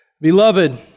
Beloved